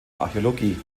archäologie